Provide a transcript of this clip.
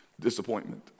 disappointment